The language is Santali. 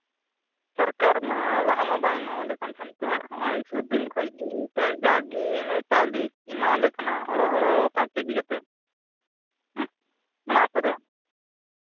ᱥᱚᱨᱠᱟᱨᱢᱟ ᱞᱟᱦᱟᱢᱟ ᱵᱟᱭ ᱮᱢᱟᱞᱮ ᱠᱟᱱ ᱛᱟᱦᱮᱱᱛᱮ ᱱᱚᱜᱼᱚᱭ ᱥᱩᱨ ᱫᱤᱱ ᱠᱷᱚᱱ ᱜᱮ ᱛᱮ ᱡᱟᱜᱮ ᱚᱱᱮ ᱪᱟᱣᱞᱮ ᱠᱚ ᱮᱢᱟᱣ ᱞᱮ ᱠᱟᱱᱟ ᱦᱚᱲᱚ ᱦᱚᱲᱚ ᱯᱟᱸᱪ ᱠᱮᱹᱡᱤ ᱠᱟᱛᱮᱫ ᱢᱟᱥ ᱨᱮ